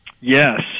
Yes